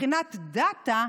מבחינת דאטה,